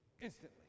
instantly